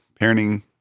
parenting